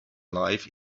life